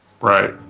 Right